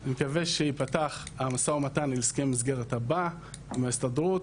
אני מקווה שייפתח המשא ומתן על הסכם מסגרת הבא עם ההסתדרות